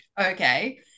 okay